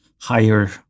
higher